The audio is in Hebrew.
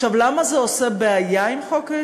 עכשיו, למה זה עושה בעיה עם חוק-היסוד?